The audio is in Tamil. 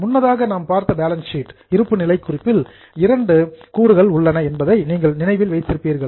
முன்னதாக நாம் பார்த்த பேலன்ஸ் ஷீட் இருப்புநிலை குறிப்பில் இரண்டு காம்பநண்ட்ஸ் கூறுகள் உள்ளன என்பதை நீங்கள் நினைவில் வைத்திருப்பீர்கள்